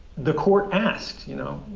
the court asked, you know,